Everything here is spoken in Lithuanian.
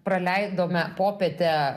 praleidome popietę